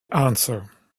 answer